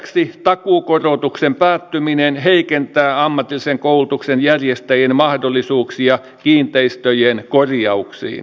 lisäksi takuukorotuksen päättyminen heikentää ammatillisen koulutuksen järjestäjien mahdollisuuksia kiinteistöjen korjauksiin